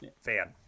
fan